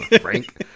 Frank